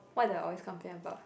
what do I always complain about